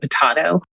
potato